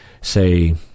say